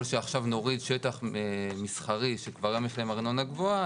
שעכשיו נוריד שטח מסחרי שכבר היום יש להם ארנונה גבוהה,